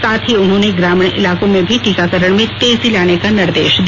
साथ ही उन्होंने ग्रामीण इलाको में भी टीकाकरण में तेजी लाने का निर्देश दिया